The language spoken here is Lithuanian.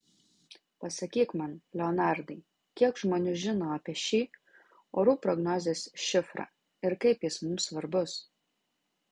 pasakyk man leonardai kiek žmonių žino apie šį orų prognozės šifrą ir kaip jis mums svarbus